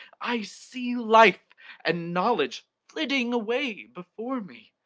i see life and knowledge flitting away before me.